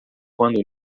quando